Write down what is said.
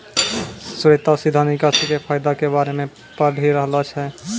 श्वेता सीधा निकासी के फायदा के बारे मे पढ़ि रहलो छै